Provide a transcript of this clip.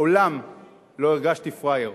מעולם לא הרגשתי פראייר.